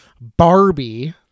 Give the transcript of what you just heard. Barbie